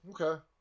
Okay